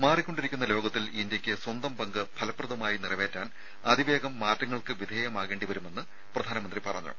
മാറിക്കൊണ്ടിരിക്കുന്ന ലോകത്തിൽ ഇന്ത്യയ്ക്ക് സ്വന്തം പങ്ക് ഫലപ്രദമായി നിറവേറ്റാൻ അതിവേഗം മാറ്റങ്ങൾക്ക് വിധേയമാകേണ്ടി വരുമെന്ന് പ്രധാനമന്ത്രി പറഞ്ഞു